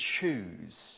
choose